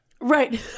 Right